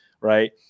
right